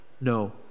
No